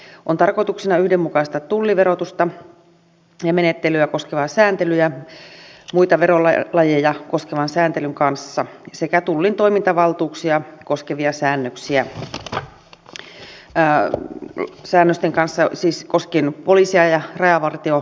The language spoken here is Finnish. tarkoituksena on yhdenmukaistaa tulliverotusta ja menettelyä koskevaa sääntelyä muita verolajeja koskevan sääntelyn kanssa sekä tullin toimintavaltuuksia koskevia säännöksiä poliisia ja rajavartiolaitosta koskevien säännösten kanssa siis koske poliisia ja rajavartio